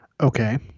Okay